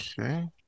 Okay